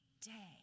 day